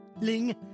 Ling